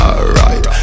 Alright